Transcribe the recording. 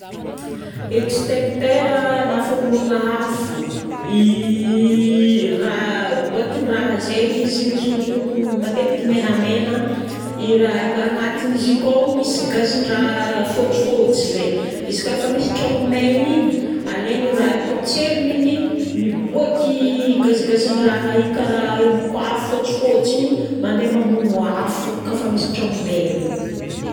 Extincteur na famonoagna afo. Iiii raha, boatin-draha zay izy misy lokolokony matetiky menamena. I raha agnatin'izy io koao misy gazin-draha fotsifotsy zay. Izy ka fa misy tragno may igny, alaigna raha io potserina igny, miboaky gazigazin-draha karaha embok'afo fotsifotsy igny mandeha mamono afo ka fa misy tragno may regny.